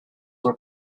were